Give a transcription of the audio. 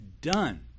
done